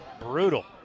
brutal